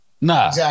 Nah